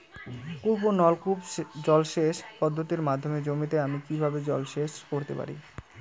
কূপ ও নলকূপ জলসেচ পদ্ধতির মাধ্যমে জমিতে আমি কীভাবে জলসেচ করতে পারি?